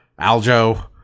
Aljo